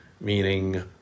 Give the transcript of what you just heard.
meaning